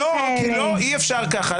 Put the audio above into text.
לא, אי אפשר ככה.